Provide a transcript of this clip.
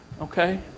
Okay